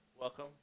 Welcome